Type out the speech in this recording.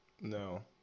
No